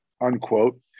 unquote